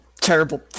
terrible